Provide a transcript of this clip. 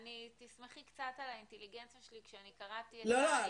תסמכי קצת על האינטליגנציה שלי --- לא,